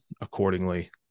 accordingly